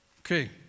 Okay